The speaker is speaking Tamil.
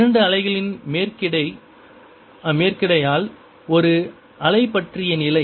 இரண்டு அலைகளின் மேற்கிடை ஆல் ஒரு அலை பற்றிய நிலை